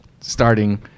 starting